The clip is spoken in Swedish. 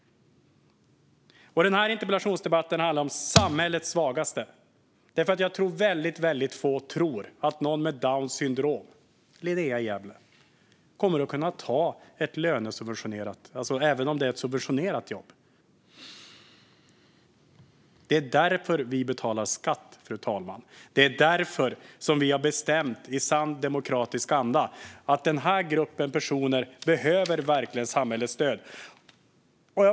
Den här interpellationsdebatten handlar om samhällets svagaste. Jag tror att väldigt få tror att någon med Downs syndrom, Linnea i Gävle, kommer att kunna ta ett lönesubventionerat jobb. Det är därför vi betalar skatt, fru talman. Det är därför som vi har bestämt i sann demokratisk anda att denna grupp personer verkligen behöver samhällets stöd.